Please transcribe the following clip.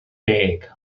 deg